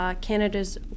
Canada's